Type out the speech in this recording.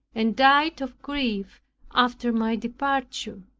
and died of grief after my departure.